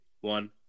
one